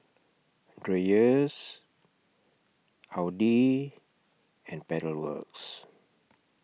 Dreyers Audi and Pedal Works